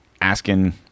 Asking